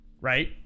right